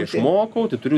išmokau tai turiu